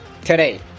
Today